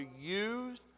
use